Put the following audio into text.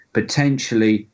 potentially